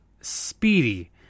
speedy